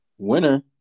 Winner